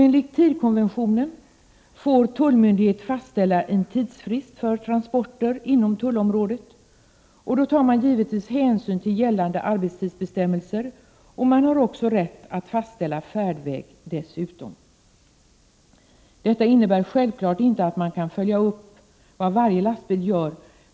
Enligt TIR-konventionen får tullmyndighet fastställa en tidsfrist för transporter inom tullområdet. Då tar man givetvis hänsyn till gällande arbetstidsbestämmelser. Tullmyndigheten har även rätt att fastställa färdväg. Detta innebär självfallet inte att man kan följa upp vad varje lastbil gör.